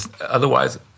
Otherwise